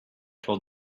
told